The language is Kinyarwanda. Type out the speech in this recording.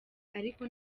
ariko